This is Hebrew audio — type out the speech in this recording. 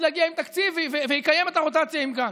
להגיע עם תקציב ויקיים את הרוטציה עם גנץ,